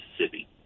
Mississippi